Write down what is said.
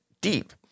deep